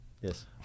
Yes